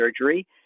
Surgery